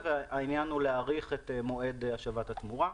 והעניין הוא להאריך את מועד השבת התמורה.